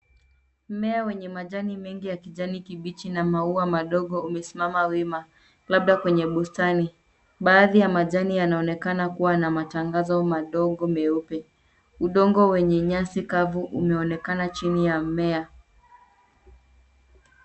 Mmea wenye majani mengi ya kijani kibichi na madogo umesimama wima labda kwenye bustani. Baadhi ya majani yanaonekana kuwa na matangazo madogo meupe. Udongo wenye nyasi kavu unaonekana chini ya mmea.